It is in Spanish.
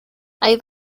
hay